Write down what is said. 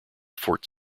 fort